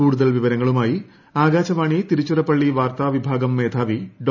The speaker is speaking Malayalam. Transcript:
കൂടുതൽ വിവരങ്ങളുമായി ആകാശവാണി തിരുച്ചിറപളളി വാർത്താവിഭാഗം മേധാവി ഡോ